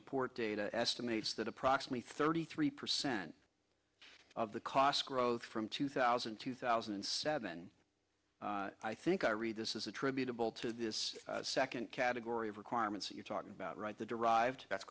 report data estimates that approximately thirty three percent of the cost growth from two thousand two thousand and seven i think i read this is attributable to this second category of requirements you're talking about right the derived that's